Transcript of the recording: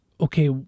okay